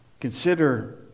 Consider